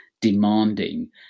demanding